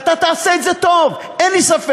אתה תעשה את זה טוב, אין לי ספק,